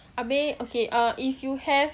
I mean okay ah if you have